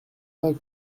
pas